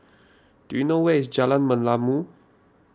do you know where is Jalan Merlimau